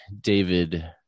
David